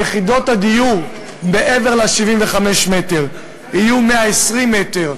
יחידות הדיור מעבר ל-75 מ"ר יהיו 120 מ"ר,